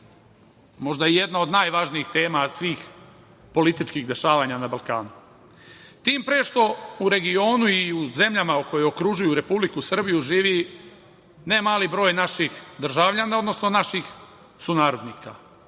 možda jedna od najvažnijih tema svih političkih dešavanja na Balkanku. Tim pre što u regionu i u zemljama koje okružuju Republiku Srbiju živi ne mali broj naših državljana, odnosno naših sunarodnika